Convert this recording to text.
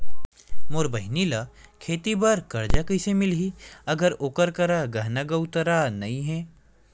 मोर बहिनी ला खेती बार कर्जा कइसे मिलहि, अगर ओकर करा कुछु गहना गउतरा नइ हे?